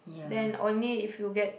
then only if you get